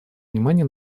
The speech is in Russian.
внимание